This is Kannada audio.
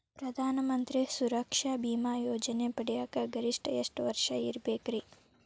ಪ್ರಧಾನ ಮಂತ್ರಿ ಸುರಕ್ಷಾ ಭೇಮಾ ಯೋಜನೆ ಪಡಿಯಾಕ್ ಗರಿಷ್ಠ ಎಷ್ಟ ವರ್ಷ ಇರ್ಬೇಕ್ರಿ?